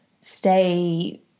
stay